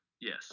yes